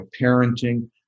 parenting